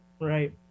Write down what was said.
Right